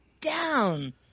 down